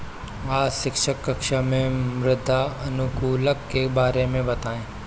आज शिक्षक कक्षा में मृदा अनुकूलक के बारे में बताएं